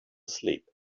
asleep